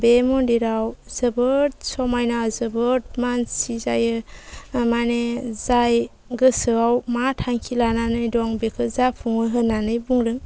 बे मन्दिराव जोबोद समायना जोबोद मानसि जायो माने जाय गोसोआव मा थांखि लानानै दं बेखौ जाफुङो होन्नानै बुंदों